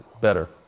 better